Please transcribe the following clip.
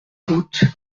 route